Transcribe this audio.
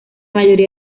mayoría